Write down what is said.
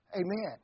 Amen